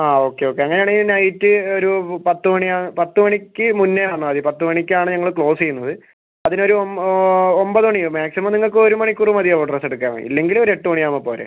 ആ okay okay അങ്ങനെ ആണെങ്കിൽ നൈറ്റ് ഒരു പത്ത് മണി പത്ത് മണിക്ക് മുന്നെ വന്നാൽ മതി പത്ത് മണിക്ക് ആണ് ഞങ്ങൾ ക്ലോസ് ചെയ്യുന്നത് അതിന് ഒരു ഒൻപത് മണി മാക്സിമം നിങ്ങൾക്ക് ഒരു മണിക്കൂർ മതിയാവുമോ ഡ്രസ്സ് എടുക്കാൻ ഇല്ലെങ്കിൽ ഒരു എട്ട് മണി ആവുമ്പം പോരെ